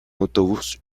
autobús